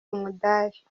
umudali